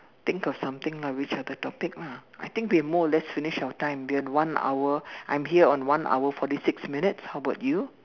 think of something lah which other topic lah I think we are more or less finish our time we have one hour I'm here on one hour forty six minutes how about you